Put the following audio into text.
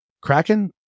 Kraken